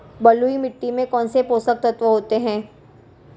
बलुई मिट्टी में कौनसे पोषक तत्व होते हैं?